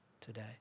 today